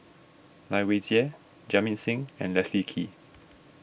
Lai Weijie Jamit Singh and Leslie Kee